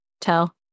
tell